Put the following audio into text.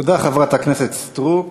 תודה, חברת הכנסת סטרוק.